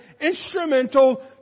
instrumental